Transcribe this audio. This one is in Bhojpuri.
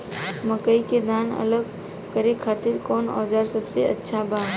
मकई के दाना अलग करे खातिर कौन औज़ार सबसे अच्छा बा?